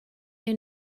neu